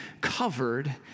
covered